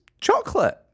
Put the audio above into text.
chocolate